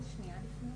אפשר שנייה גברתי?